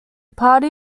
party